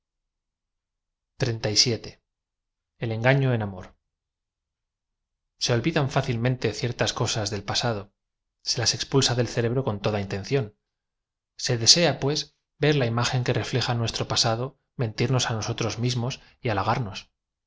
l tngafio en amor se olvidan fácilmente ciertas cosas del pasado se las expulsa del cerebro con toda intención se desea pues y e r la imagen que reüeja nuestro pasado men tirnos á nosotros mismos y halagarnos